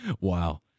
Wow